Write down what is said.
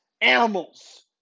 animals